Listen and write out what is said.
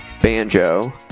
banjo